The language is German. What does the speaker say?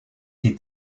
die